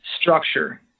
structure